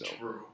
True